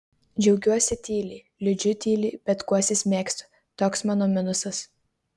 džiaugiuosi tyliai liūdžiu tyliai bet guostis mėgstu toks mano minusas